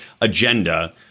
agenda